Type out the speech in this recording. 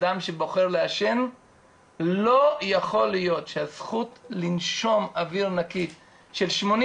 אדם שבוחר לעשן לא יכול להיות שהזכות לנשום אוויר נקי של 80